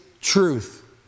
truth